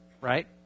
right